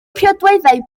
priodweddau